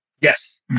yes